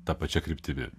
ta pačia kryptimi